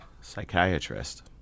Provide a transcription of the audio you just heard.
psychiatrist